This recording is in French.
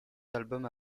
albums